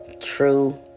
True